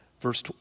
Verse